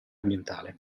ambientale